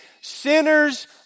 sinners